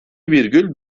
virgül